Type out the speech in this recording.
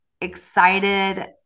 excited